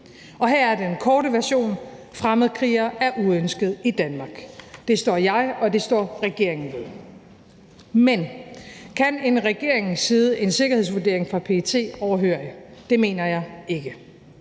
Og her er den korte version: Fremmedkrigere er uønskede i Danmark. Det står jeg og regeringen ved. Men kan en regering sidde en sikkerhedsvurdering fra PET overhørig? Det mener jeg ikke.